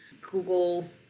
Google